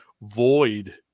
void